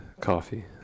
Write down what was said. Coffee